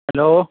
hello